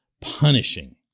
punishing